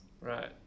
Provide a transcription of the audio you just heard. right